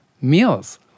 meals